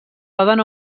poden